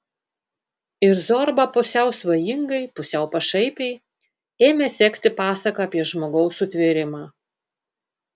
ir zorba pusiau svajingai pusiau pašaipiai ėmė sekti pasaką apie žmogaus sutvėrimą